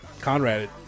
Conrad